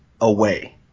away